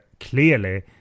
clearly